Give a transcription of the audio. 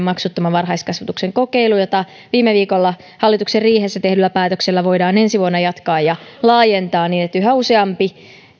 maksuttoman varhaiskasvatuksen kokeilu jota viime viikolla hallituksen riihessä tehdyllä päätöksellä voidaan ensi vuonna jatkaa ja laajentaa niin että yhä useampi